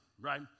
right